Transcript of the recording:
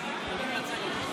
אני מייצג אותו.